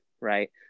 Right